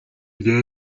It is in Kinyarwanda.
rya